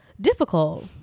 difficult